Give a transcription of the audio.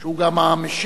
שהוא גם המשיב.